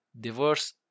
divorce